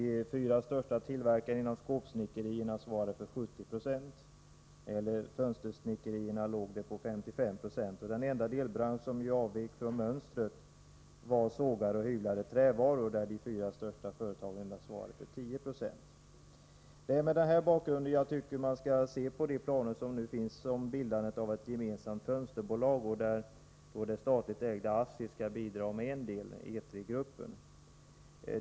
De fyra största tillverkarna av skåpsnickerier svarade för 70 96, beträffande fönstersnickerier var motsvarande andel 55 26, osv. Den enda delbransch som avvek från mönstret var sågade och hyvlade trävaror, där de fyra största företagen svarade för endast 10 96. Det är mot den här bakgrunden som jag tycker att man skall se på de planer som nu finns om bildande av ett gemensamt fönsterbolag, där det statligt ägda ASSI skall bidra med en del, nämligen Etrigruppen.